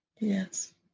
yes